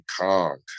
Kong